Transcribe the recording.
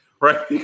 right